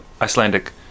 Icelandic